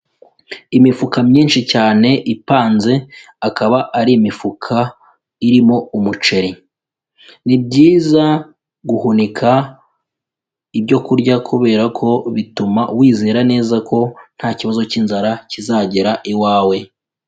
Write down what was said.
Imifuka myinshi cyane ipanze akaba ari imifuka irimo umuceri, ni byiza guhunika ibyo kurya kubera ko bituma wizera neza ko nta kibazo cy'inzara kizagera iwawe.